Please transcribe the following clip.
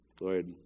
Lord